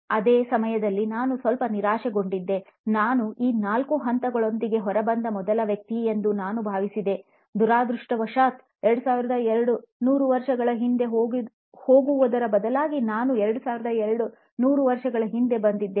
ಅದೇ ಸಮಯದಲ್ಲಿ ನಾನು ಸ್ವಲ್ಪ ನಿರಾಶೆಗೊಂಡಿದ್ದೆ ನಾನು ಈ ನಾಲ್ಕು ಹಂತಗಳೊಂದಿಗೆ ಹೊರಬಂದ ಮೊದಲ ವ್ಯಕ್ತಿ ಎಂದು ನಾನು ಭಾವಿಸಿದೆ ದುರದೃಷ್ಟವಶಾತ್ 2200 ವರ್ಷ ಮುಂದೆ ಹೋಗುವುದರ ಬದಲಾಗಿ ನಾನು 2200 ವರ್ಷ ಹಿಂದೆ ಬಂದಿದ್ದೆ